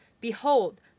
Behold